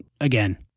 again